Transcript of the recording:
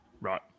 Right